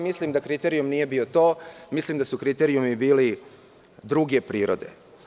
Mislim da kriterijum nije bilo to, mislim da su kriterijumi bili druge prirode.